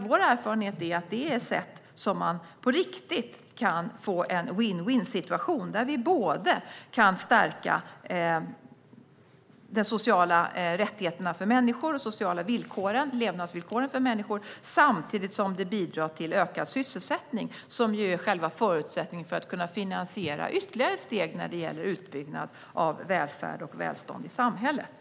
Vår erfarenhet är att det är sätt att på riktigt få en vinn-vinn-situation, där vi kan stärka både de sociala rättigheterna och de sociala villkoren för människor samtidigt som det bidrar till ökad sysselsättning, som ju är själva förutsättningen för att finansiera ytterligare steg när det gäller utbyggnad av välfärd och välstånd i samhället.